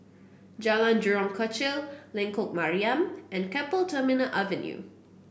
Jalan Jurong Kechil Lengkok Mariam and Keppel Terminal Avenue